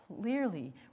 clearly